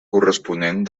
corresponent